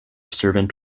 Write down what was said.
servant